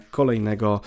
kolejnego